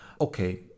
okay